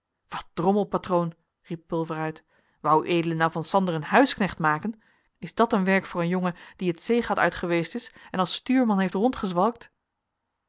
wat drommel patroon riep pulver uit wou ued nou van sander een huisknecht maken is dat een werk voor een jongen die het zeegat uit geweest is en als stuurman heeft